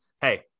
Hey